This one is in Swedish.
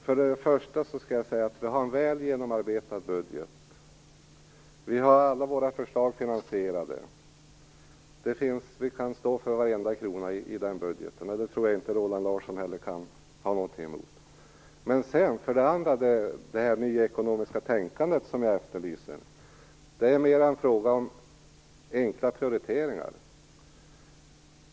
Fru talman! För det första skall jag säga att vi har en väl genomarbetad budget. Alla våra förslag är finansierade. Vi kan stå för varenda krona i den budgeten, och det tror jag inte Roland Larsson heller kan ha något emot. För det andra är det nyekonomiska tänkande som jag efterlyser mer en fråga om enkla prioriteringar.